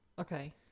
okay